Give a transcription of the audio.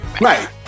Right